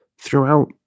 Throughout